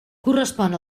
correspon